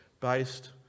based